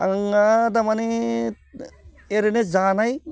आंहा थारमाने ओरैनो जानाय